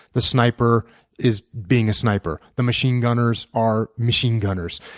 the sniper is being a sniper. the machine gunners are machine gunners.